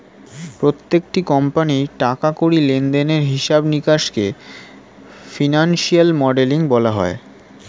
প্রত্যেকটি কোম্পানির টাকা কড়ি লেনদেনের হিসাব নিকাশকে ফিনান্সিয়াল মডেলিং বলা হয়